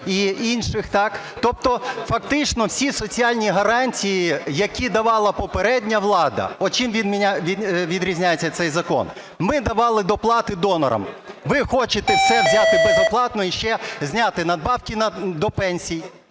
і інших, тобто фактично всі соціальні гарантії, які давала попередня влада. От чим відрізняється цей закон. Ми давали доплати донорам. Ви хочете все взяти безоплатно і ще зняти надбавки до пенсій.